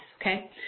Okay